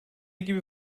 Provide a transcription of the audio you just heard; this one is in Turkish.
gibi